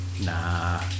Nah